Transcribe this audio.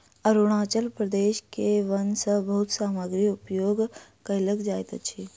अरुणाचल प्रदेश के वन सॅ बहुत सामग्री उपयोग कयल जाइत अछि